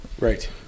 Right